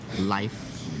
life